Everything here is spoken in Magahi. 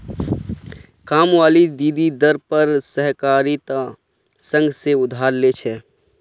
कामवाली दीदी दर पर सहकारिता संघ से उधार ले छे